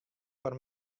foar